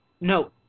No